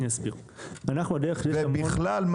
ובכלל,